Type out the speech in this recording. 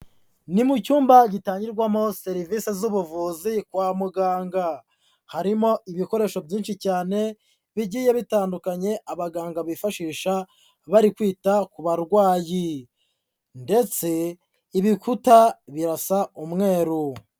Ni mu cyumba gitangirwamo serivisi z'ubuvuzi kwa muganga, harimo ibikoresho byinshi cyane bigiye bitandukanye abaganga bifashisha bari kwita ku barwayi, ndetse ibikuta birasa umweru.